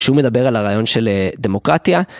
שהוא מדבר על הרעיון של דמוקרטיה.